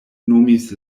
nomis